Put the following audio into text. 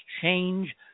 change